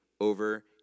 over